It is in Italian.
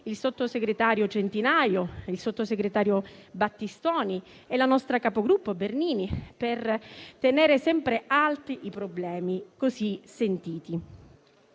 i sottosegretari Centinaio e Battistoni e la nostra capogruppo Bernini per tenere sempre alti i problemi così sentiti.